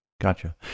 Gotcha